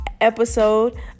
episode